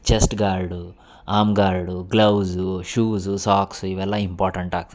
chest guard arm guard gloves shoes socks ಇವೆಲ್ಲ important ಆಗ್ತದ